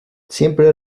siempre